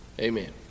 amen